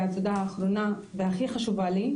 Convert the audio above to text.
התודה האחרונה והכי חשובה לי,